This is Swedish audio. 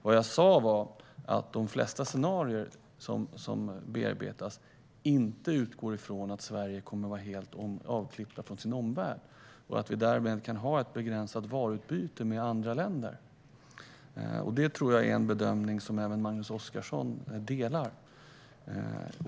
Vad jag sa var att de flesta scenarier som bearbetas inte utgår från att Sverige kommer att vara helt avklippt från sin omvärld och att vi därmed kan ha ett begränsat varuutbyte med andra länder. Det tror jag är en bedömning som även Magnus Oscarsson delar.